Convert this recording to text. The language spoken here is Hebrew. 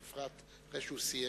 בפרט לאחר שהוא סיים.